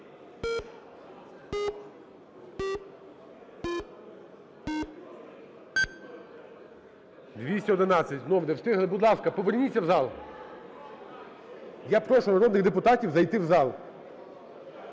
За-211 Знову не встигли. Будь ласка, поверніться в зал. Я прошу народних депутатів зайти в зал.